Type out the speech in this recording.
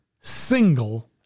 single